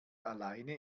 alleine